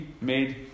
made